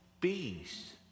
peace